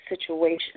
situation